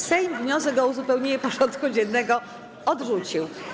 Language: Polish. Sejm wniosek o uzupełnienie porządku dziennego odrzucił.